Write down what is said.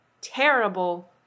terrible